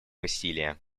усилия